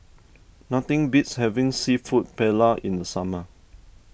nothing beats having Seafood Paella in the summer